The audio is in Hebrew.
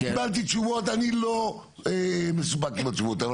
קיבלתי תשובות, אני לא מסופק עם התשובות האלה.